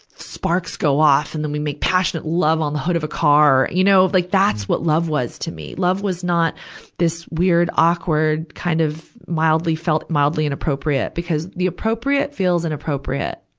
sparks go off. and then we make passionate love on the hood of a car, you know. like that's what love was to me. love was not this weird, awkward, kind of mildly felt, mildly inappropriate. because the appropriate feels inappropriate,